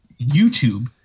YouTube